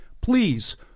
Please